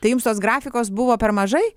tai jums tos grafikos buvo per mažai